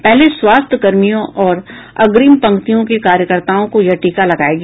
पहले स्वास्थय कर्मियों और अग्रिम पंक्तियों के कार्यकर्ताओं को यह टीका लगाया गया